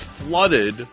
flooded